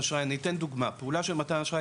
אני אתן דוגמה: פעולה של מתן אשראי,